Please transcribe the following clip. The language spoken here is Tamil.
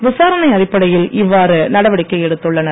விசாரணை அடிப்படையில் இவ்வாறு நடவடிக்கை எடுத்துள்ளனர்